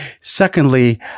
Secondly